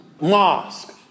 mosque